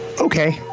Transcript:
okay